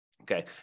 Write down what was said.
Okay